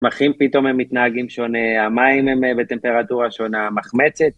קמחים פתאום הם מתנהגים שונה, המים הם בטמפרטורה שונה מחמצת.